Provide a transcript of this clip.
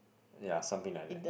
yea something like that